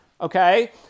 Okay